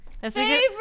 Favorite